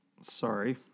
Sorry